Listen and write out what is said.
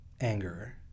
anger